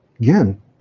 Again